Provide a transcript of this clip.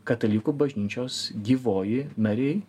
katalikų bažnyčios gyvoji nariai